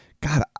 God